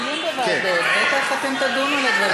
הדיון בוועדות, בטח אתם תדונו בדברים האלה.